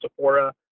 Sephora